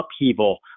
upheaval